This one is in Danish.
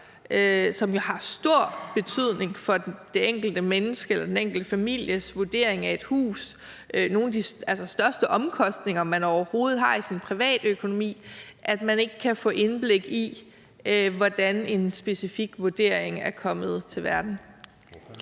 som jo har stor betydning for det enkelte menneskes eller den enkelte families vurdering af et hus – altså nogle af de største omkostninger, man overhovedet har i sin privatøkonomi – ikke kan få indblik i, hvordan en specifik vurdering er kommet til verden?